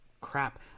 crap